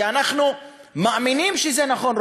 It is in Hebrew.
ואנחנו מאמינים שזה נכון,